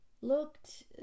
looked